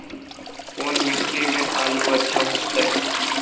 कोन मट्टी में आलु अच्छा होतै?